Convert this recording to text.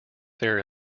their